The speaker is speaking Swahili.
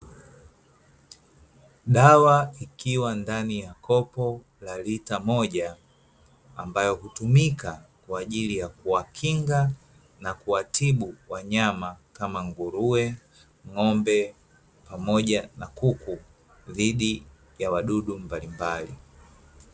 Dawa ikiwa ndani ya kopo la lita moja, ambayo hutumika kwa ajili ya kuwakinga na kuwatibu wanyama kama; nguruwe, ng’ombe pamoja na kuku dhidi ya wadudu mbalimbali.